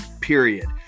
Period